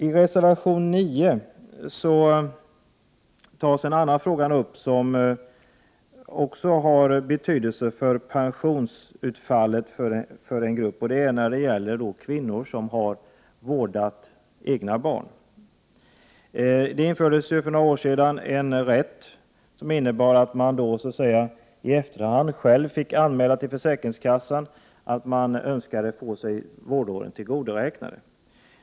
I reservation 9 tas en annan fråga upp som har betydelse för pensionsutfallet för kvinnor som har vårdat egna barn. För några år sedan infördes en rätt som innebar att kvinnor i efterhand själva fick anmäla till försäkringskassan att de önskade få sina vårdår tillgodoräknade.